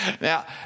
Now